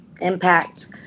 Impact